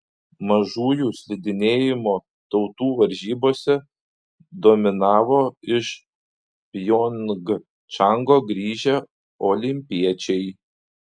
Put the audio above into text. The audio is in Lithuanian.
mažųjų slidinėjimo tautų varžybose dominavo iš pjongčango grįžę olimpiečiai